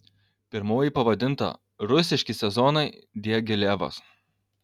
pirmoji pavadinta rusiški sezonai diagilevas